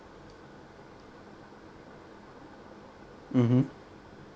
mmhmm